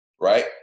right